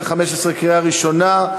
בקריאה ראשונה.